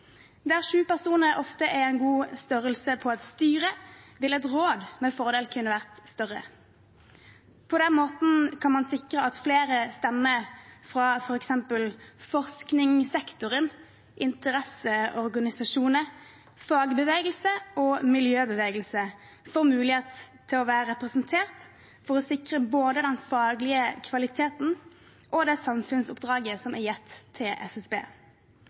personer ofte er en god størrelse på et styre, vil et råd med fordel kunne være større. På den måten kan man sikre at flere stemmer fra f.eks. forskningssektoren, interesseorganisasjoner, fagbevegelse og miljøbevegelse får mulighet til å være representert, for å sikre både den faglige kvaliteten og det samfunnsoppdraget som er gitt til SSB.